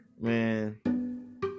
man